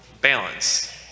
balance